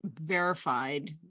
verified